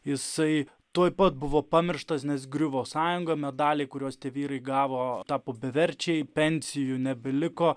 jisai tuoj pat buvo pamirštas nes griuvo sąjunga medaliai kuriuos tie vyrai gavo tapo beverčiai pensijų nebeliko